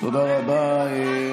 תודה רבה.